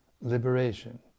liberation